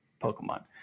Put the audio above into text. Pokemon